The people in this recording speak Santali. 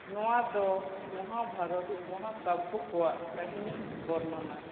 ᱱᱚᱣᱟ ᱫᱚ ᱢᱚᱦᱟᱵᱷᱟᱨᱚᱛ ᱢᱚᱦᱟᱠᱟᱵᱽᱵᱳ ᱠᱚᱣᱟᱜ ᱠᱟᱹᱦᱤᱱᱤ ᱵᱚᱨᱱᱚᱱᱟ